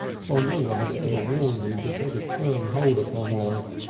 for no one had ever warned him to take a firm hold upon life,